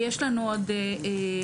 יש לנו עוד הישגים,